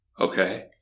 Okay